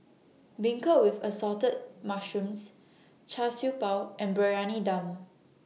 Beancurd with Assorted Mushrooms Char Siew Bao and Briyani Dum